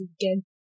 again